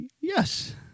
Yes